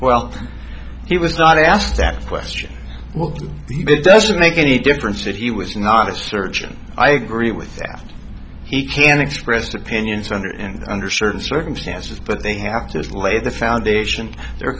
well he was not asked that question well it doesn't make any difference if he was not a surgeon i agree with that he can expressed opinions under and under certain circumstances but they have to lay the foundation there a